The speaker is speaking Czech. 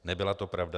Nebyla to pravda.